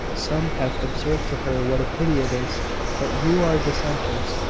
some have observed to her what a pity it is that you are dissenters,